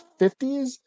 50s